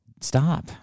stop